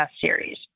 series